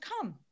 come